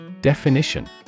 Definition